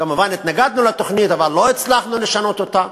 כמובן התנגדנו לתוכנית, אבל לא הצלחנו לשנות אותה.